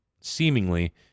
seemingly